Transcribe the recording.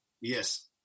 Yes